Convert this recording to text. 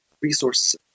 resources